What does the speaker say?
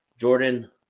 Jordan